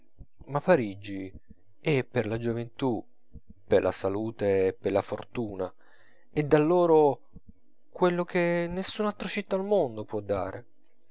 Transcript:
ma parigi è per la gioventù per la salute e per la fortuna e dà loro quello che nessun'altra città al mondo può dare